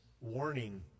warning